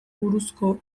buruzko